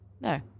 no